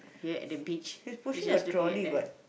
ya at the beach he's just looking at there